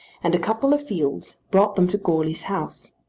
and a couple of fields brought them to goarly's house.